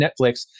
Netflix